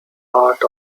part